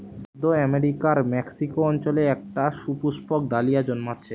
মধ্য আমেরিকার মেক্সিকো অঞ্চলে একটা সুপুষ্পক ডালিয়া জন্মাচ্ছে